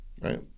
right